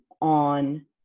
on